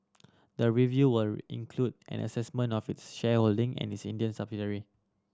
the review will include an assessment of its shareholding in its Indian subsidiary